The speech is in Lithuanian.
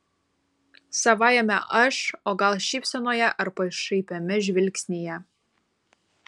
savajame aš o gal šypsenoje ar pašaipiame žvilgsnyje